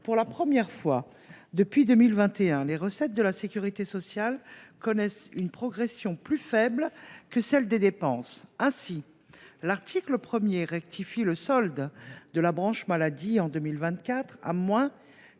Pour la première fois depuis 2021, les recettes de la sécurité sociale connaissent une progression plus faible que les dépenses. Ainsi, l’article 1 rectifie le solde de la branche maladie en 2024 à –14,6